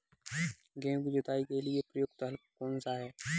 गेहूँ की जुताई के लिए प्रयुक्त हल कौनसा है?